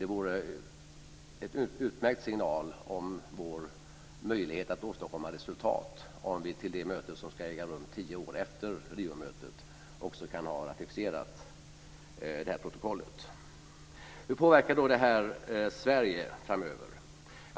Det vore en utmärkt signal om vår möjlighet att åstadkomma resultat om vi till det möte som ska äga rum tio år efter Riomötet också kunde ha ratificerat det här protokollet. Hur påverkar då det här Sverige framöver?